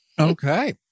Okay